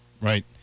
Right